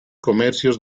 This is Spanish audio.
comercios